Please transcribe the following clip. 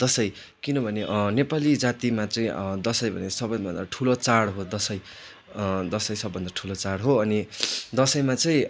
दसैँ किनभने नेपाली जातिमा चाहिँ दसैँ भनेपछि सबैभन्दा ठुलो चाँड हो दसैँ दशैं सबभन्दा ठुलो चाँड हो अनि दसैँमा चाहिँ